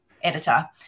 editor